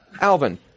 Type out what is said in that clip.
Alvin